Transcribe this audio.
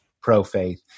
pro-faith